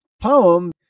poem